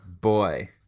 boy